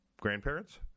grandparents